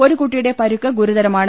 ഒരു കുട്ടിയുടെ പരുക്ക് ഗുരുതരമാണ്